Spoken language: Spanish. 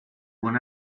buen